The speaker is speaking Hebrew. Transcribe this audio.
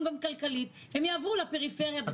גם כלכלית והם יעברו לפריפריה בשמחה רבה.